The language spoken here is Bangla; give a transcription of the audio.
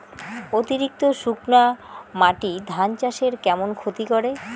অতিরিক্ত শুকনা মাটি ধান চাষের কেমন ক্ষতি করে?